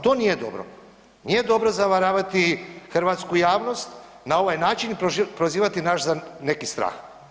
To nije dobro, nije dobro zavaravati hrvatsku javnost na ovaj način i prozivati nas za neki strah.